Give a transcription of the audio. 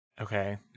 Okay